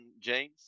James